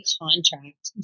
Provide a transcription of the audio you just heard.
contract